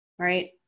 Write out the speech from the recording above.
right